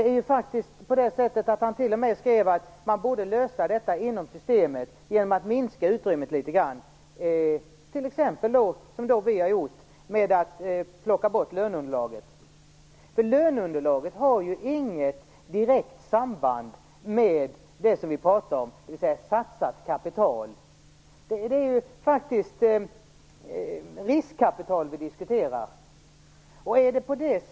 Man skrev t.o.m. att det borde lösas inom systemet genom att utrymmet minskas litet grand, t.ex. på det sätt som vi vill. Vi föreslår att löneunderlaget plockas bort. Löneunderlaget har ju inget direkt samband med det som vi pratar om, dvs. satsat kapital. Det är faktiskt riskkapital vi diskuterar.